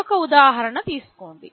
మరొక ఉదాహరణ తీసుకోండి